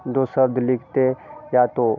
दो शब्द लिखते या तो